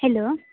hello